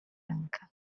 rękę